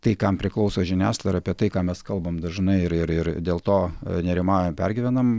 tai kam priklauso žiniasklaida ir apie tai ką mes kalbame dažnai ir ir dėl to nerimaujam pergyvenam